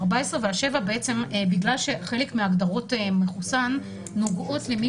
ה-14 והשבע בגלל שחלק מהגדרות מחוסן נוגעות למי